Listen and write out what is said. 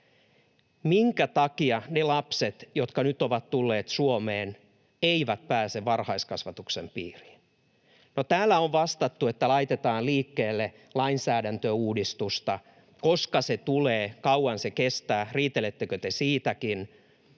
Minkä takia ne lapset, jotka nyt ovat tulleet Suomeen, eivät pääse varhaiskasvatuksen piiriin? No täällä on vastattu, että laitetaan liikkeelle lainsäädäntöuudistusta. Koska se tulee, kauanko se kestää, riitelettekö te siitäkin?